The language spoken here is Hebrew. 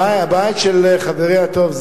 הבית של חברי הטוב,